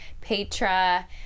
Petra